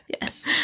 Yes